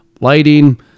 lighting